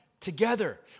Together